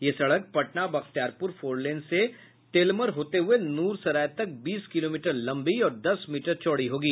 यह सड़क Patna Bakhtiyarpur four lane से तेलमर होते हुए नूरसराय तक बीस किलोमीटर लंबी और दस मीटर चौड़ी होगी